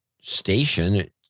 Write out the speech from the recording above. station